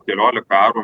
keliolika arų